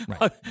right